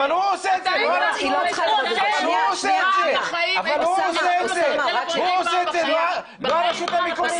אבל הוא עושה את זה, לא הרשות המקומית.